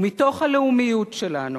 ומתוך הלאומיות שלנו,